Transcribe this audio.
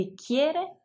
Bicchiere